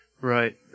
Right